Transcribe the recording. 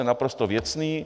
Je naprosto věcný.